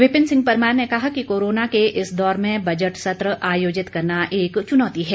विपिन सिंह परमार ने कहा कि कोरोना के इस दौर में बजट सत्र आयोजित करना एक चुनौती है